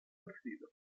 partito